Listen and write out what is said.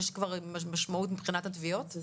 יש כבר משמעות מבחינת התביעות?